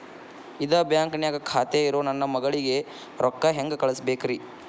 ಇದ ಬ್ಯಾಂಕ್ ನ್ಯಾಗ್ ಖಾತೆ ಇರೋ ನನ್ನ ಮಗಳಿಗೆ ರೊಕ್ಕ ಹೆಂಗ್ ಕಳಸಬೇಕ್ರಿ?